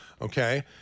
Okay